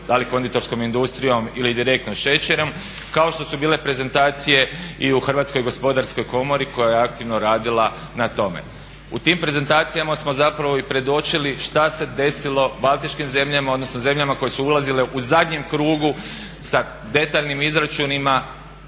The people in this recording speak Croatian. da li konditorskom industrijom ili direktno šećerom, kao što su bile prezentacije i u Hrvatskoj gospodarskoj komori koja je aktivno radila na tome. U tim prezentacijama smo zapravo i predočili šta se desilo baltičkim zemljama odnosno zemljama koje su ulazile u zadnjem krugu sa detaljnim izračunima